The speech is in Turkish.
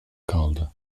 kaldı